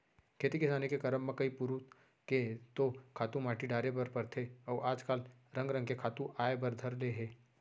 खेती किसानी के करब म कई पुरूत के तो खातू माटी डारे बर परथे अउ आज काल रंग रंग के खातू आय बर धर ले हे